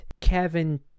Kevin